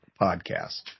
podcast